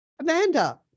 Amanda